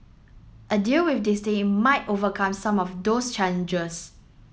a deal with Disney might overcome some of those challenges